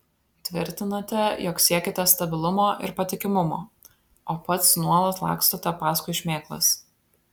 tvirtinate jog siekiate stabilumo ir patikimumo o pats nuolat lakstote paskui šmėklas